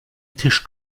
tisch